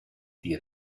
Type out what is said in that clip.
die